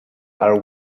are